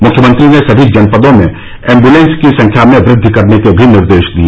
मुख्यमंत्री ने सभी जनपदों में एम्बूलेंस की संख्या में वृद्धि के भी निर्देश दिए